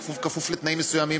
כפוף לתנאים מסוימים,